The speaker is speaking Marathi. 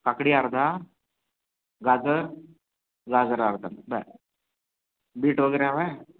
काकडी अर्धा गाजर गाजर अर्धा बरं बीट वगैरे हवा आहे